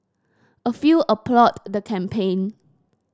a few applauded the campaign